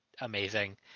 amazing